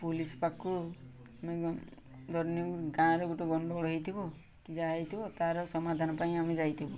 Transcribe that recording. police ପାଖକୁ ଆମେ ଧରିନିଅ ଗାଁରେ ଗୋଟେ ଗଣ୍ଡଗୋଳ ହେଇଥିବ କି ଯାହା ହେଇଥିବ ତା'ର ସମାଧାନ ପାଇଁ ଆମେ ଯାଇଥିବୁ